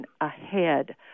ahead